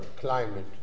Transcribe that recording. climate